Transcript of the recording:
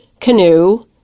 Canoe